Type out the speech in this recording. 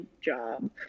job